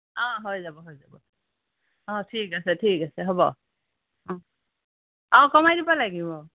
অ' হৈ যাব হৈ যাব অ' ঠিক আছে ঠিক আছে হ'ব অ' অ' কমাই দিব লাগিব